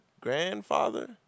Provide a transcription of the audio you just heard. grandfather